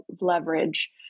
leverage